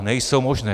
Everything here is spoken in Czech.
Nejsou možné.